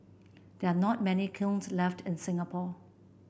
there are not many kilns left in Singapore